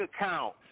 account